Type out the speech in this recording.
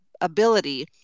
ability